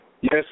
Yes